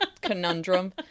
conundrum